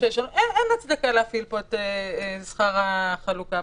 ביקשתי הצעה לפני שבוע,